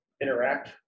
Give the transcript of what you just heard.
interact